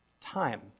Time